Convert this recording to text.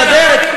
מסדרת?